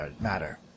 matter